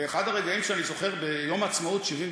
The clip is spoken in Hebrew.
ואחד הרגעים שאני זוכר הוא שביום העצמאות 1974